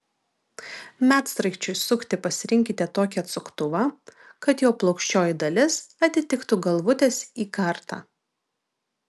medsraigčiui sukti pasirinkite tokį atsuktuvą kad jo plokščioji dalis atitiktų galvutės įkartą